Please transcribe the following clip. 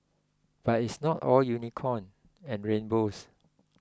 but it's not all unicorn and rainbows